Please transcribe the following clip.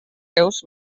seus